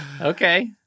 Okay